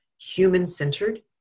human-centered